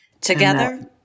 Together